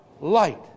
light